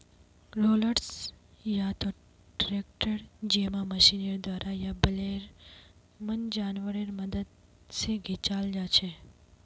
rollers या त tractor जैमहँ मशीनेर द्वारा या बैलेर मन जानवरेर मदद से खींचाल जाछे